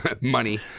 money